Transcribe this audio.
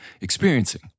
experiencing